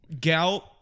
gout